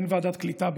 אין ועדת קליטה בעצם,